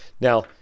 Now